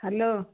hello